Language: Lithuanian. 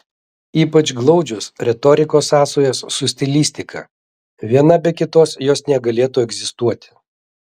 ypač glaudžios retorikos sąsajos su stilistika viena be kitos jos negalėtų egzistuoti